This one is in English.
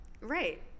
Right